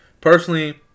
personally